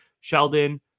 Sheldon